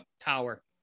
tower